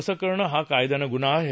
असं करणं हा कायद्यानं गुन्हा आहे